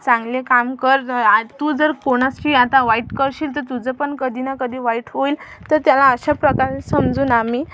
चांगले काम कर जर आज तू जर कोणाशी आता वाईट करशील तर तुझं पण कधी ना कधी वाईट होईल तर त्याला अशाप्रकारे समजून आम्ही